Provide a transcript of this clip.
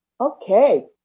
Okay